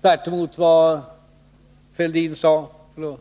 tvärtemot vad Thorbjörn Fälldin sade.